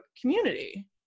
community